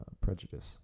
prejudice